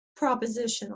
propositional